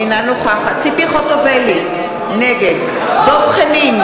אינה נוכחת ציפי חוטובלי, נגד דב חנין,